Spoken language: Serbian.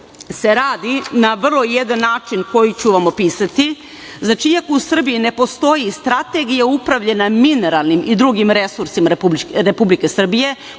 se radi na vrlo jedan način koji ću vam opisati. Znači, iako u Srbiji ne postoji strategija upravljanja mineralnim i drugim resursima Republike Srbije